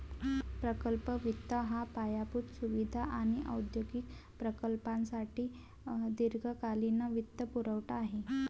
प्रकल्प वित्त हा पायाभूत सुविधा आणि औद्योगिक प्रकल्पांसाठी दीर्घकालीन वित्तपुरवठा आहे